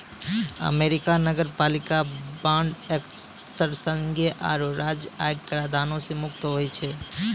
America नगरपालिका bond अक्सर संघीय आरो राज्य आय कराधानो से मुक्त होय छै